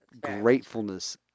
Gratefulness